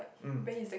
mm